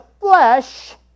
flesh